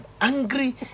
angry